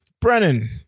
Brennan